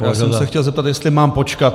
Já jsem se chtěl zeptat, jestli mám počkat.